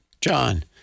John